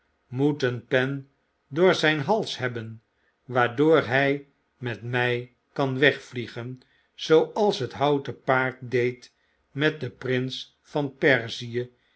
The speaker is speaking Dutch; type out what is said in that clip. een pen door zyn hals hebben waardoor hy met my kan wegvliegen zooals het houten paard deed met den pnns van perzie